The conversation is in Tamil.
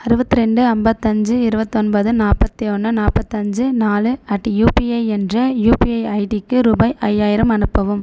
அறுவத்திரெண்டு ஐம்பத்தஞ்சு இருபத்து ஒன்பது நாற்பத்தி ஒன்று நாற்பத்தி அஞ்சு நாலு அட் யூபிஐ என்ற யூபிஐ ஐடிக்கு ரூபாய் ஐயாயிரம் அனுப்பவும்